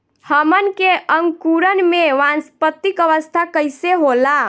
हमन के अंकुरण में वानस्पतिक अवस्था कइसे होला?